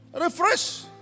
Refresh